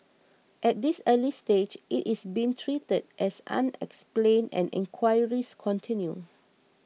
at this early stage it is being treated as unexplained and enquiries continue